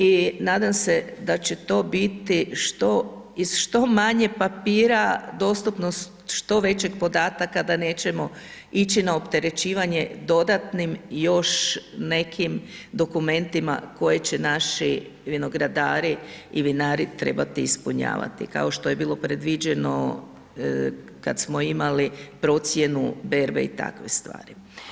I nadam se da će to biti iz što manje papira dostupnost što većeg podataka da nećemo ići na opterećivanje dodatnim još nekim dokumentima koje će naši vinogradari i vinari trebati ispunjavati kao što je bilo predviđeno kada smo imali procjenu berbe i takve stvari.